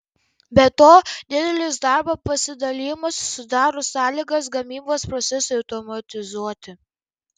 be to didelis darbo pasidalijimas sudaro sąlygas gamybos procesui automatizuoti